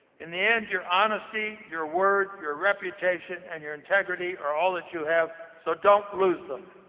in the end your honesty, your word, your reputation and your integrity are all that you have so don't lose them.